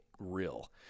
real